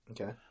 Okay